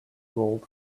gold